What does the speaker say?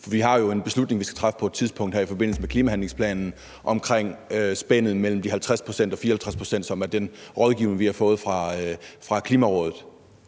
Vi har jo en beslutning, vi skal træffe på et tidspunkt her i forbindelse med klimahandlingsplanen, om spændet mellem de 50 og 54 pct., som baserer sig på den rådgivning, vi har fået fra Klimarådet.